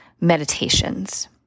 meditations